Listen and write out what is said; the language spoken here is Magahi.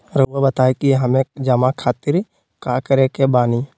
रहुआ बताइं कि हमें जमा खातिर का करे के बानी?